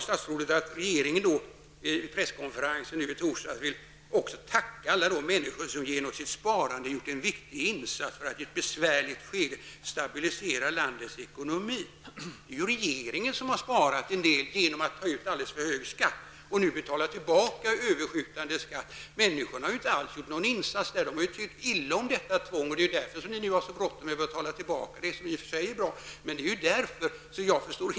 Statsrådet sade vid presskonferensen i torsdags att regeringen vill tacka alla de människor som genom sitt sparande har gjort en viktig insats för att i ett besvärligt läge stabilisera landets ekonomi. Det är ju regeringen som har sparat en del genom att ta ut alltför hög skatt och nu betalar tillbaka överskjutande skatt. Människorna har inte alls gjort någon insats. De har tyckt illa om detta tvång. Därför har ni nu så bråttom att betala tillbaka detta, vilket i och för sig är bra. Jag förstår inte denna argumentering.